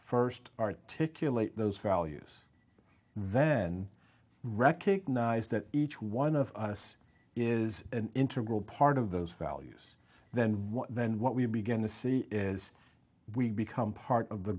first articulate those values then recognise that each one of us is an interim part of those values then what then what we begin to see is we become part of the